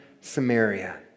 Samaria